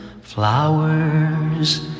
Flowers